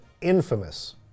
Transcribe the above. infamous